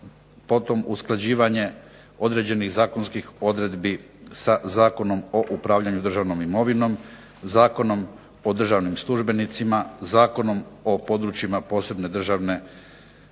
potom usklađivanje određenih zakonskih odredbi sa Zakonom o upravljanju državnom imovinom, Zakonom o državnim službenicima, Zakonom o područjima posebne državne skrbi